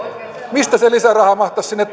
mistä se lisäraha mahtaisi sinne